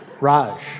Raj